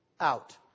out